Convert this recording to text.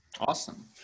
Awesome